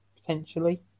potentially